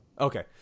Okay